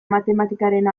matematikaren